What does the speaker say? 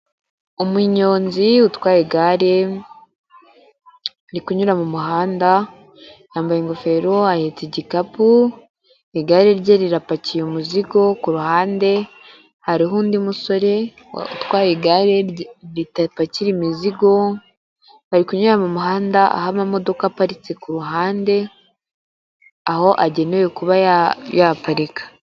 Umunyonzi utwaye igare ari kunyura mu muhanda yambaye ingofero ahetse igikapu, igare rye rirapakiye umuzigo ku ruhande, hariho undi musore utwaye igare ridapakira imizigo, bari kunyura mu muhanda aho amamodoka aparitse ku ruhande aho agenewe kuba yaparika.